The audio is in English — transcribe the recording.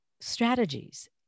strategies